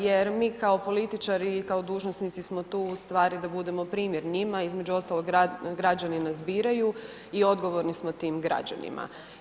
Jer mi kao političari i kao dužnosnici smo tu u stvari da budemo primjer njima, imeđu ostalog građani nas biraju i odgovorni smo tim građanima.